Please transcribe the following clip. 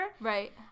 Right